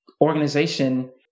organization